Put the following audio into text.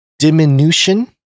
Diminution